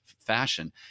fashion